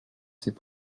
c’est